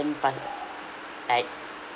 passed like